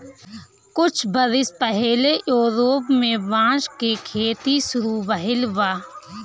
कुछ बरिस पहिले यूरोप में बांस क खेती शुरू भइल बा